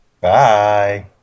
Bye